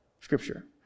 Scripture